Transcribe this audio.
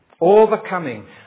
Overcoming